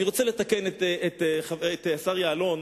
אני רוצה לתקן את השר יעלון.